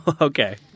Okay